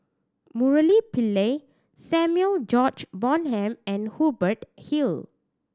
Murali Pillai Samuel George Bonham and Hubert Hill